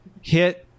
hit